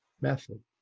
method